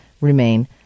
remain